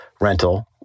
rental